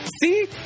See